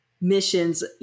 missions